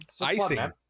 Icing